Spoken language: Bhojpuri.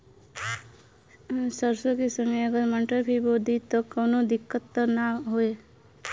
सरसो के संगे अगर मटर भी बो दी त कवनो दिक्कत त ना होय?